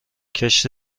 کشت